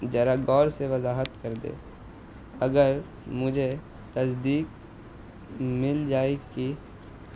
ذرا غور سے وضاحت کر دیں اگر مجھے تصدیق مل جائے کہ